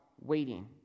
waiting